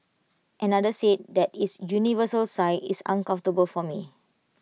another said that its universal size is uncomfortable for me